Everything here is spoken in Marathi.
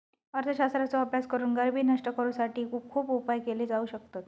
अर्थशास्त्राचो अभ्यास करून गरिबी नष्ट करुसाठी खुप उपाय केले जाउ शकतत